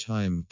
Time